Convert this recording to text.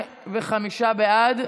35 בעד.